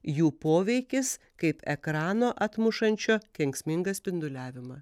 jų poveikis kaip ekrano atmušančio kenksmingą spinduliavimą